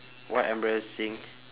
what embarrassing